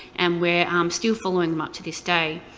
and we're um still following them up to this day.